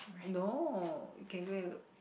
no you can go and